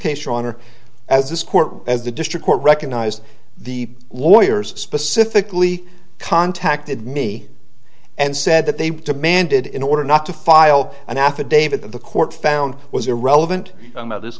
case your honor as this court as the district court recognized the lawyers specifically contacted me and said that they demanded in order not to file an affidavit that the court found was irrelevant t